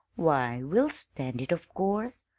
why, we'll stand it, of course.